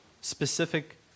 specific